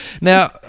Now